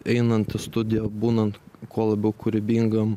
einant į studiją būnant kuo labiau kūrybingam